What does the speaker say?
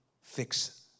fix